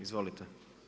Izvolite.